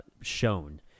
shown